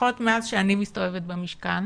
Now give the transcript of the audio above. לפחות מאז שאני מסתובבת במשכן